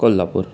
Kolhapur